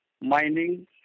mining